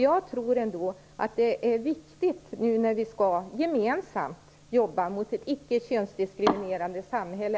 Jag tror ändå att det är viktigt att vi ser problemen, när vi nu gemensamt skall arbeta mot ett icke-könsdiskriminerande samhälle.